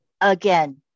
again